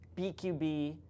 BQB